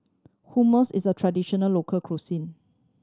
hummus is a traditional local cuisine